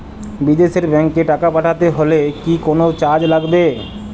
বিদেশের ব্যাংক এ টাকা পাঠাতে হলে কি কোনো চার্জ লাগবে?